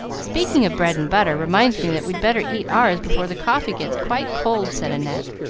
speaking of bread and butter reminds me that we'd better eat ours before the coffee gets quite cold, said annette,